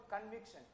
conviction